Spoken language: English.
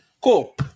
Cool